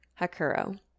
Hakuro